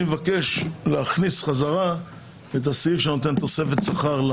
אני מבקש להכניס בחזרה את הסעיף שנותן תוספת שכר,